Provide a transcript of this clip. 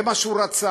לזה הוא נועד.